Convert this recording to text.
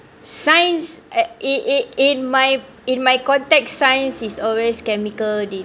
science at it it in my in my context science is always chemical de~